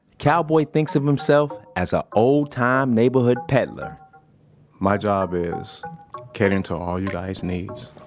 cowboy thinks of himself as a old time neighborhood peddler my job is catering to all your guys' needs.